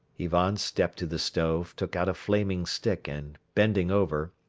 ivan stepped to the stove, took out a flaming stick and, bending over,